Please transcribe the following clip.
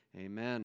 Amen